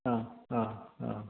ആ ആ ആ